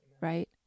Right